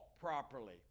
properly